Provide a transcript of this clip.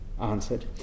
answered